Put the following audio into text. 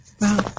Wow